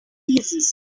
thesis